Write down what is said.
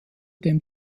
dem